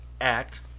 Act